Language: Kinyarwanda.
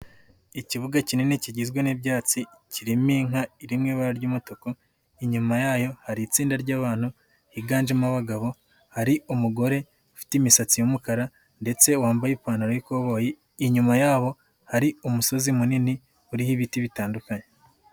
Ikibuga kinini kigizwe n'ibyatsi kirimo inka iri mu ibara ry'umutuku, inyuma yayo hari itsinda ry'abantu higanjemo abagabo, hari umugore ufite imisatsi y'umukara ndetse wambaye ipantaro y'ikoboyi, inyuma yabo hari umusozi munini uriho ibiti bitandukanye.